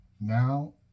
now